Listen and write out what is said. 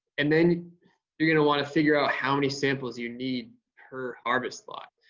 and then you're gonna wanna figure out how many samples you need per harvest lot.